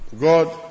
God